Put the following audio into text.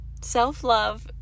Self-love